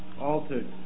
altered